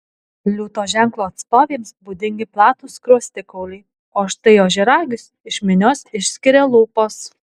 liūto ženklo atstovėms būdingi platūs skruostikauliai o štai ožiaragius iš minios išskiria lūpos